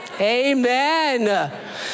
Amen